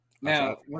Now